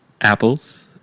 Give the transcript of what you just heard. Apples